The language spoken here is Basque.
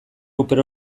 ruper